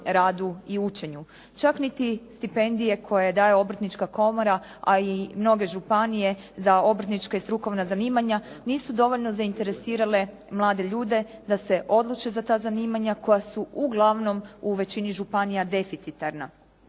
radu i učenju. Čak niti stipendije koje daje Obrtnička komora, a i mnoge županije za obrtnička i strukovna zanimanja nisu dovoljno zainteresirale mlade ljude da se odluče za ta zanimanja koja su uglavnom u većini županija deficitarna.